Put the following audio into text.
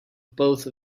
both